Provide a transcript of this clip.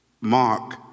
Mark